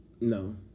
No